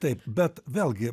taip bet vėlgi